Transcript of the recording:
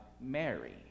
Mary